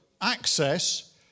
access